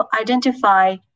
identify